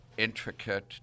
intricate